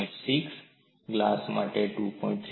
6 glass માટે 2